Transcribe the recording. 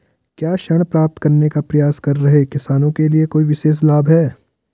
क्या ऋण प्राप्त करने का प्रयास कर रहे किसानों के लिए कोई विशेष लाभ हैं?